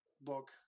book